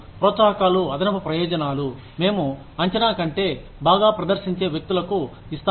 ప్రోత్సాహకాలు అదనపు ప్రయోజనాలు మేము అంచనా కంటే బాగా ప్రదర్శించే వ్యక్తులకు ఇస్తాము